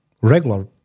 regular